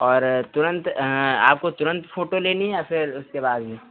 और तुरंत आपको तुरंत फोटो लेनी है या फिर उसके बाद में